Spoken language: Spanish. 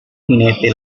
jinete